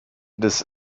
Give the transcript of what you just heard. des